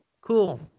cool